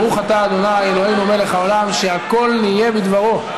ברוך אתה ה' אלוהינו מלך העולם שהכול נהיה בדברו.